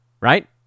Right